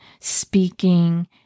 speaking